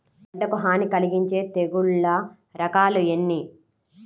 పంటకు హాని కలిగించే తెగుళ్ల రకాలు ఎన్ని?